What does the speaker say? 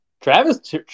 Travis